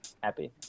happy